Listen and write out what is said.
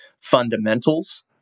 fundamentals